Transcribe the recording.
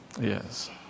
Yes